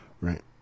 right